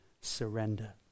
surrender